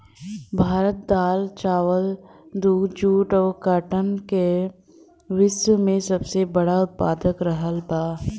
भारत दाल चावल दूध जूट और काटन का विश्व में सबसे बड़ा उतपादक रहल बा